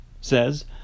says